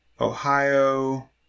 Ohio